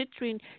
citrine